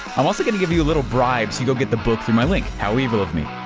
i'm also going to give you a little bribe so you go get the book through my link. how evil of me.